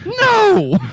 no